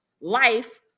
life